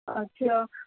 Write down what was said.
اچھا